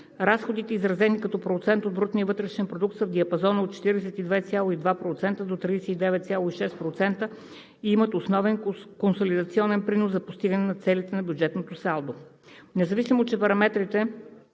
Разходите, изразени като процент от БВП, са в диапазона от 42,2% до 39,6% и имат основен консолидационен принос за постигане на целите за бюджетното салдо. Независимо че параметрите